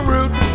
Route